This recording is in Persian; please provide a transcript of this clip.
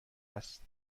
است